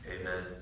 Amen